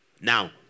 Now